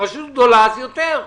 אבל רשות גדולה יותר.